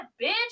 bitch